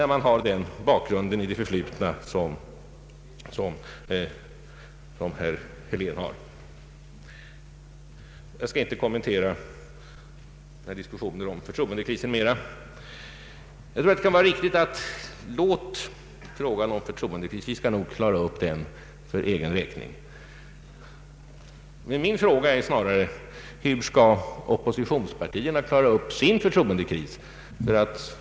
Jag skall inte ytterligare kommentera diskussionen om att det här skulle vara fråga om en förtroendekris. Den ”förtroendekrisen” skall vi nog klara upp för egen räkning. Min fråga är snarare: Hur skall oppositionspartierna klara upp sin förtroendekris?